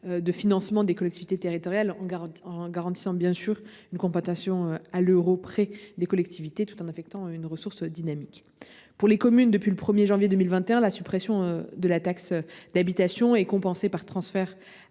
de financement des collectivités territoriales. Il s’agissait de garantir une compensation à l’euro près des collectivités, tout en leur affectant des ressources dynamiques. Pour les communes, depuis le 1 janvier 2021, la suppression de la THP est compensée par le transfert